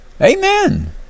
Amen